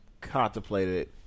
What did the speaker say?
contemplated